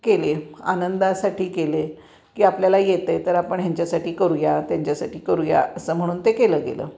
केले आनंदासाठी केले की आपल्याला येत आहे तर आपण ह्यांच्यासाठी करूया त्यांच्यासाठी करूया असं म्हणून ते केलं गेलं